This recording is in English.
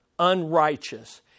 unrighteous